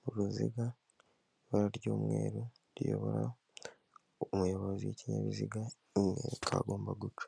mu uruziga, ibara ry'umweru riyobora umuyobozi w'ikinyabiziga rimwereka aho agomba guca.